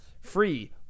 free